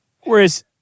Whereas